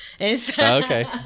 Okay